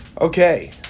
Okay